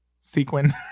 sequin